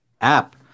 app